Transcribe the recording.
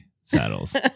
saddles